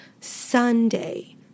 Sunday